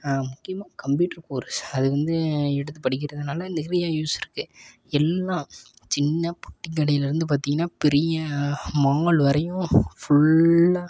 முக்கியமாக computer course அது வந்து எடுத்து படிக்கிறதுனால நிறைய யூஸ் இருக்குது எல்லாம் சின்ன பொட்டி கடையிலருந்து பார்த்திங்கன்னா பெரிய மால் வரையும் ஃபுல்லா